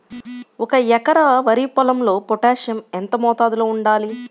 ఒక ఎకరా వరి పొలంలో పోటాషియం ఎంత మోతాదులో వాడాలి?